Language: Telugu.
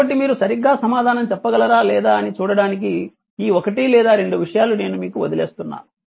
కాబట్టి మీరు సరిగ్గా సమాధానం చెప్పగలరా లేదా అని చూడటానికి ఈ ఒకటి లేదా రెండు విషయాలు నేను మీకు వదిలేస్తున్నాను